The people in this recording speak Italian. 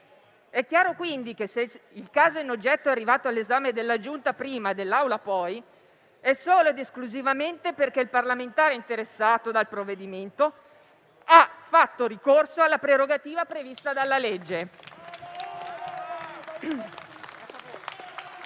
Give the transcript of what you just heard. È chiaro, quindi, che se il caso in oggetto è arrivato all'esame della Giunta, prima, e dell'Assemblea, poi, è solo ed esclusivamente perché il parlamentare interessato dal provvedimento ha fatto ricorso alla prerogativa prevista dalla legge.